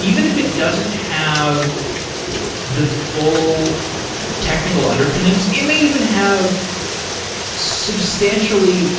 even if it doesn't have the full technical underpinnings, it may even have substantially